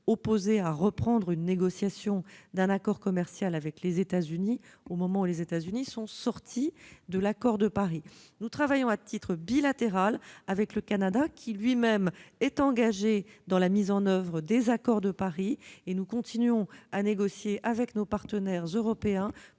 opposons à la reprise des négociations d'un accord commercial avec les États-Unis, c'est parce que ce pays est sorti de l'accord de Paris. Nous travaillons à titre bilatéral avec le Canada, qui est engagé dans la mise en oeuvre de l'accord de Paris, et nous continuons à négocier avec nos partenaires européens